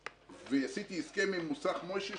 ועשיתי הסכם עם מוסך משה,